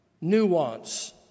nuance